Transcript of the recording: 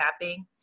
tapping